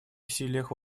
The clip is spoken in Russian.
усилиях